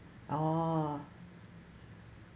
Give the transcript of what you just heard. oh